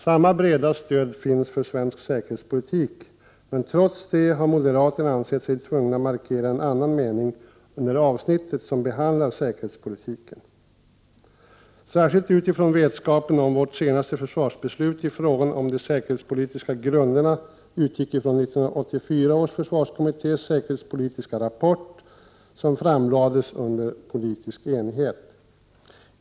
Samma breda stöd finns för svensk säkerhetspolitik, men trots detta har moderaterna ansett sig tvungna att markera en annan mening under avsnittet som handlar om säkerhetspolitiken. Detta är anmärkningsvärt med tanke på att vårt senaste försvarsbeslut i fråga om de säkerhetspolitiska grunderna utgick ifrån 1984 års försvarskommittés säkerhetspolitiska rapport, som framlades under politisk enighet.